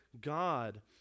God